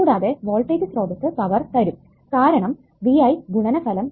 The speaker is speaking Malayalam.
കൂടാതെ വോൾടേജ് സ്രോതസ്സ് പവർ തരും കാരണം VI ഗുണനഫലം 0 ആണ്